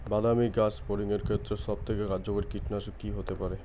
বাদামী গাছফড়িঙের ক্ষেত্রে সবথেকে কার্যকরী কীটনাশক কি হতে পারে?